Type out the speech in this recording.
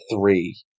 three